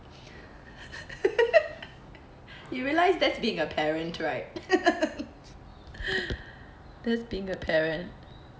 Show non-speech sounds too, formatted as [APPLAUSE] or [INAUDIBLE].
[LAUGHS] you realise that's being a parent right [LAUGHS] that's being a parent